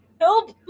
Help